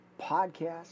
podcast